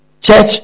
Church